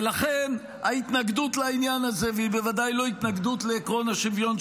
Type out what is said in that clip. ולכן ההתנגדות לעניין הזה היא בוודאי לא התנגדות לעקרון השוויון,